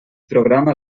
programa